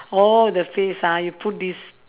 oh the face ah you put this